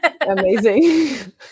Amazing